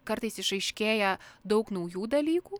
kartais išaiškėja daug naujų dalykų